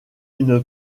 une